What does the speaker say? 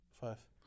Five